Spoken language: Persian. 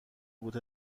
بود